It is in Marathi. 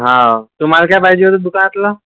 हा तुम्हाला काय पाहिजे होतं दुकानातला